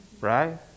Right